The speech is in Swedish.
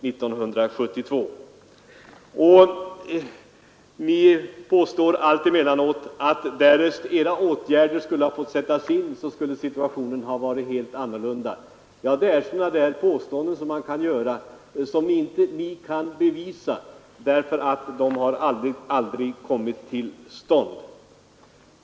Ni påstår alltemellanåt att därest edra åtgärder hade fått sättas in, skulle situationen ha varit helt annorlunda. Sådana påståenden kan man visserligen göra, men ni kan ju inte bevisa dem, eftersom åtgärderna aldrig har kommit till stånd.